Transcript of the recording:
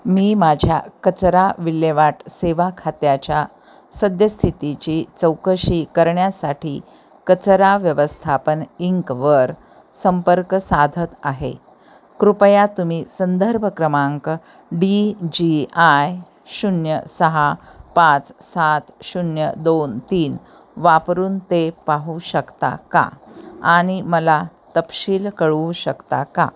मी माझ्या कचरा विल्हेवाट सेवा खात्याच्या सद्यस्थितीची चौकशी करण्यासाठी कचरा व्यवस्थापन इंकवर संपर्क साधत आहे कृपया तुम्ही संदर्भ क्रमांक डी जी आय शून्य सहा पाच सात शून्य दोन तीन वापरून ते पाहू शकता का आणि मला तपशील कळवू शकता का